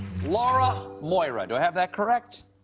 laura, moira. do i have that correct?